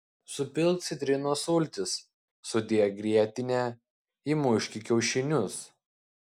supilk citrinos sultis sudėk grietinę įmuški kiaušinius